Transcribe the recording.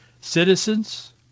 citizens